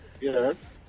Yes